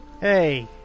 Hey